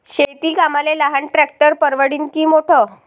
शेती कामाले लहान ट्रॅक्टर परवडीनं की मोठं?